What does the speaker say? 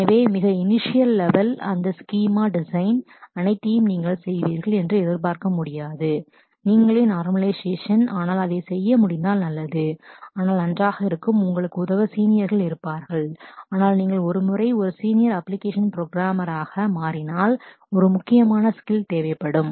எனவே மிக initial level initial level அந்த ஸ்கீமா டிசைன் schema design அனைத்தையும் நீங்கள் செய்வீர்கள் என்று எதிர்பார்க்க முடியாது நீங்களே நார்மலைஷேஷன் ஆனால் அதைச் செய்ய முடிந்தால் நல்லது ஆனால் நன்றாக இருக்கும் உங்களுக்கு உதவ சீனியர்கள் இருப்பார்கள் ஆனால் நீங்கள் ஒரு முறை ஒரு சீனியர் அப்ளிகேஷன் புரோகிராமராக senior application programmer மாறினால் ஒரு முக்கியமான ஸ்கில் தேவைப்படும்